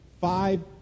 five